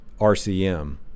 rcm